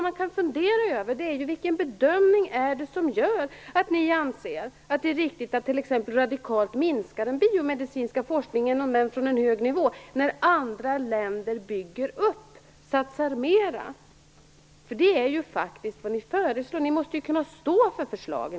Man kan fundera över vilken bedömning som gör att ni anser att det är riktigt att t.ex. radikalt minska den biomedicinska forskningen - om än från en hög nivå - när andra länder bygger upp och satsar mer. Det är faktiskt vad ni föreslår. Ni måste i alla fall kunna stå för förslagen.